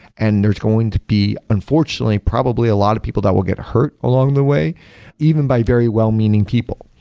and there's going to be, unfortunately, probably a lot of people that will get hurt along the way even by very well-meaning people.